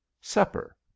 supper